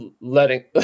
letting